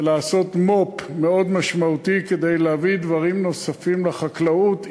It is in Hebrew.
ולעשות מו"פ מאוד משמעותי כדי להביא דברים נוספים לחקלאות.